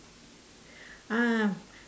uh